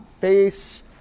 face